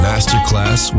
Masterclass